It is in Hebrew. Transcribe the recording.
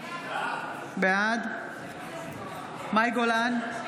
בעד מאי גולן,